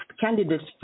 candidates